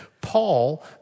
Paul